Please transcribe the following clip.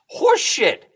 Horseshit